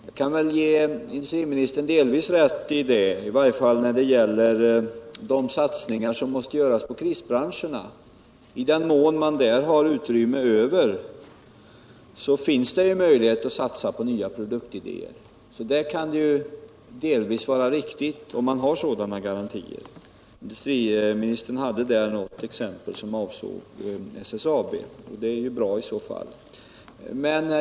Jag kan ge industriministern delvis rätt i detta, i varje fall när det gäller de satsningar som måste göras på krisbranscherna. I den mån man där har utrymme över finns det möjlighet att satsa på nya produktidéer. Om man har sådana förutsättningar kan industriministerns resonemang delvis vara riktigt — industriministern anförde i det sammanhanget ett exempel som avsåg SSAB och där en sådan satsning varit möjlig, och det är ju bra.